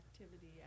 activity